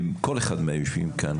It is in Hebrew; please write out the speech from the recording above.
כל אחד מהיושבים כאן,